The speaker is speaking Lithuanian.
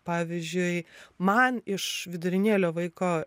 pavyzdžiui man iš vidurinėlio vaiko